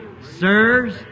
Sirs